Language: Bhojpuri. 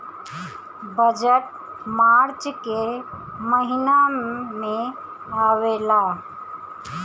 बजट मार्च के महिना में आवेला